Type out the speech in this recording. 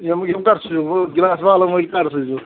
یِم یِم کَر سوٗزِووٕ گِلاس والن وٲلۍ کَر سوٗزِہوٗکھ